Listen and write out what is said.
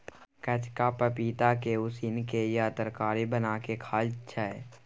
कचका पपीता के उसिन केँ या तरकारी बना केँ खाइ छै